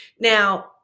Now